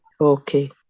Okay